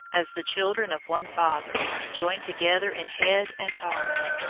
as the children of one father, joined together in head and heart.